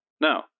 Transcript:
no